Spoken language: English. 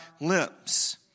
lips